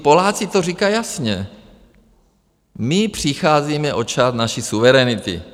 Poláci to říkají jasně: My přicházíme o část naší suverenity!